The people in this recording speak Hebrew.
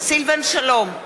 סילבן שלום,